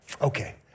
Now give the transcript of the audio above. Okay